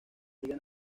liga